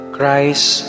Christ